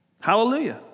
Hallelujah